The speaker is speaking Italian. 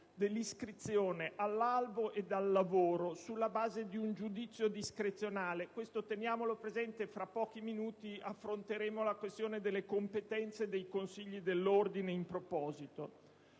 dell'iscrizione all'albo e del lavoro sulla base di un giudizio discrezionale». Questo teniamolo presente, quando fra pochi minuti affronteremo la questione delle competenze dei consigli dell'ordine. L'articolo